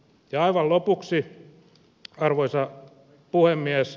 ja aivan lopuksi arvoisa puhemies